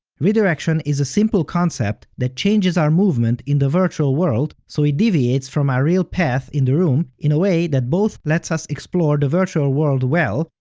redirection is a simple concept that changes our movement in the virtual world so it deviates from our real path in the room in a way that both lets us explore the virtual world well,